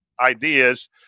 ideas